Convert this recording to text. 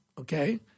okay